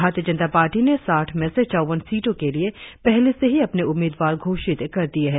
भारतीय जनता पार्टी ने साठ में से चौवन सीटों के लिए पहले से ही अपने उम्मीदवार घोषित कर दिए हैं